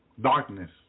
Darkness